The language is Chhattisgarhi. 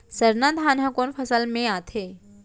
सरना धान ह कोन फसल में आथे?